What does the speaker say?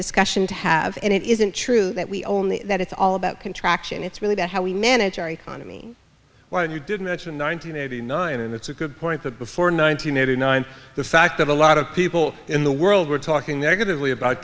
discussion to have and it isn't true that we only that it's all about contraction it's really about how we manage our economy why you didn't mention nine hundred eighty nine and it's a good point that before nine hundred eighty nine the fact that a lot of people in the world were talking negatively about